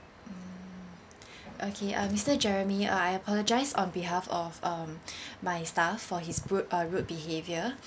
mm okay uh mister jeremy uh I apologise on behalf of um my staff for his rude uh rude behaviour